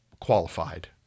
qualified